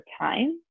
time